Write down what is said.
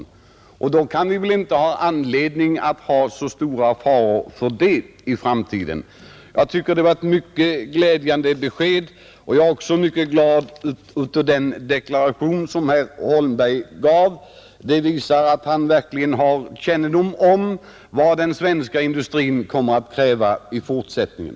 Då finns det väl inte anledning att hysa så stora farhågor för det i framtiden. Jag tycker alltså att detta var ett mycket glädjande besked. Jag är också mycket glad över den deklaration som herr Holmberg gjorde — den visar att han verkligen har kännedom om vad den svenska industrin kommer att kräva i fortsättningen.